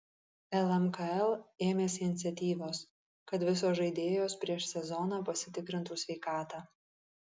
lmkl ėmėsi iniciatyvos kad visos žaidėjos prieš sezoną pasitikrintų sveikatą